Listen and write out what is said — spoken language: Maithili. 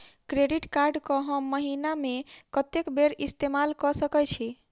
क्रेडिट कार्ड कऽ हम महीना मे कत्तेक बेर इस्तेमाल कऽ सकय छी?